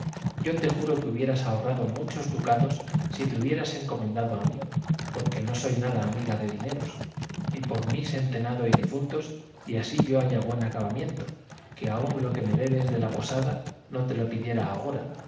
yo te juro que hubieras ahorrado muchos ducados si te hubieras encomendado a mí porque no soy nada amiga de dineros y por mis entenado y difuntos y así yo haya buen acabamiento que aun lo que me debes de la posada no te lo pidiera agora